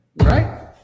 right